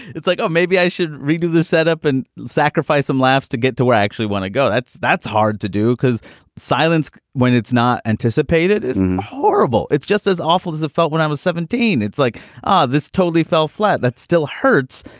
it's like oh maybe i should redo the setup and sacrifice some laughs to get to where i actually want to go. that's that's hard to do because silence when it's not anticipated is horrible it's just as awful as it felt when i was seventeen. it's like this totally fell flat. that still hurts.